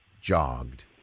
jogged